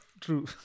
true